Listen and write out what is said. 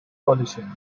coalitions